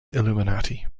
illuminati